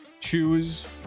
choose